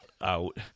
out